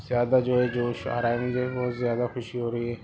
زیادہ جو ہے جوش آ رہا ہے مجھے بہت زیادہ خوشی ہو رہی ہے